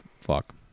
fuck